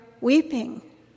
weeping